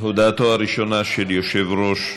הודעתו הראשונה של יושב-ראש,